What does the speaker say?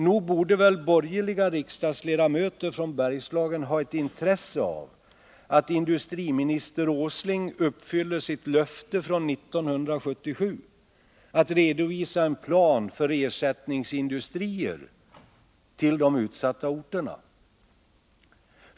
Nog borde väl borgerliga riksdagsledamöter från Bergslagen ha ett intresse av att industriminister Åsling uppfyller sitt löfte från 1977 att redovisa en plan för ersättningsindustrier till de utsatta orterna.